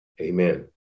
Amen